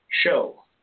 show